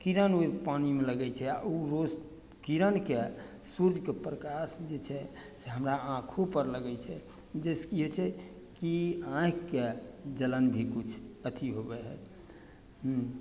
किरण ओइ पानिमे लगय छै उ रोज किरणके सूर्यके प्रकाश जे छै से हमरा आँखोपर लगय छै जाहिसँ की होइ छै की आँखिके जलन भी किछु अथी होबय है हूँ